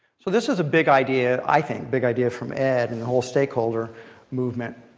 so this is a big idea, i think, big idea from ed and the whole stakeholder movement.